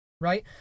Right